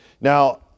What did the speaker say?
Now